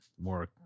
more